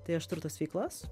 tai aš turiu tas veiklas